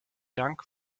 dank